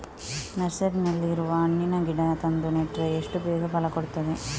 ನರ್ಸರಿನಲ್ಲಿ ಇರುವ ಹಣ್ಣಿನ ಗಿಡ ತಂದು ನೆಟ್ರೆ ಎಷ್ಟು ಬೇಗ ಫಲ ಕೊಡ್ತದೆ